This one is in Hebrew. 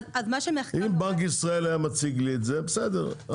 אם בנק ישראל היה מציג לי את זה בסדר,